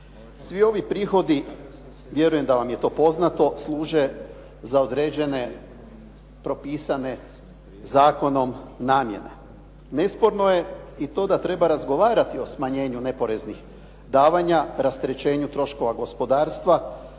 Svi ovi prihodi, vjerujem da vam je to poznato služe za određene propisane zakonom namjene. Nesporno je i to da treba razgovarati o smanjenju neporeznih davanja, rasterećenju troškova gospodarstva